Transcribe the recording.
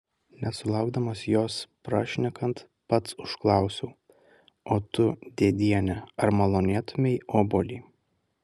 nesulaukdamas jos prašnekant pats užklausiau o tu dėdiene ar malonėtumei obuolį